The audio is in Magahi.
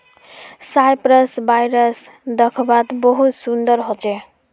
सायप्रस वाइन दाख्वात बहुत सुन्दर होचे